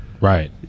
Right